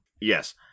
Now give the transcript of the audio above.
yes